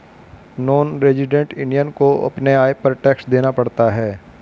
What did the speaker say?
non resident Indian को अपने आय पर टैक्स देना पड़ता है